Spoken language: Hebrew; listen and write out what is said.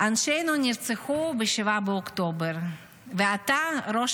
אנשינו נרצחו ב-7 באוקטובר, ואתה ראש